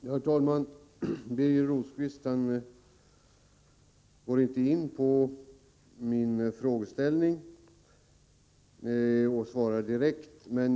Herr talman! Birger Rosqvist svarade inte direkt på mina frågor.